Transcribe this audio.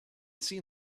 seen